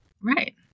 Right